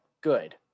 good